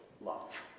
love